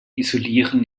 isolieren